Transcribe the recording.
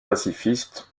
pacifistes